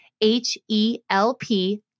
H-E-L-P